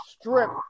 strip